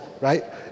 right